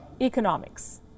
economics